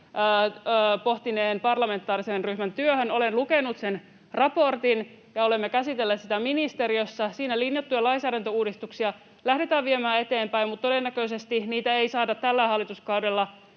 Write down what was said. pohtineen parlamentaarisen ryhmän työtä. Olen lukenut sen raportin, ja olemme käsitelleet sitä ministeriössä. Siinä linjattuja lainsäädäntöuudistuksia lähdetään viemään eteenpäin, mutta todennäköisesti niitä ei saada tällä hallituskaudella